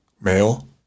male